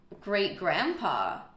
great-grandpa